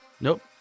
Nope